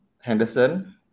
Henderson